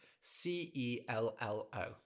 C-E-L-L-O